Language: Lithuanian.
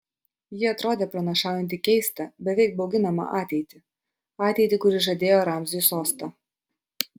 ji atrodė pranašaujanti keistą beveik bauginamą ateitį ateitį kuri žadėjo ramziui sostą